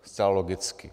Zcela logicky.